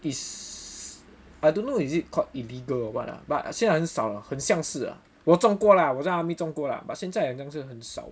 is I don't know is it called illegal or what lah but 现在很少了好像是 ah 我种过 lah 我在 army 种过 lah but 现在好像是很少